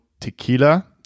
tequila